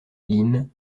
line